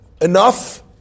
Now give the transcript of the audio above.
enough